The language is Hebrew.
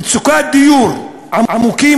מצוקת דיור עמוקה,